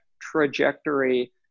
trajectory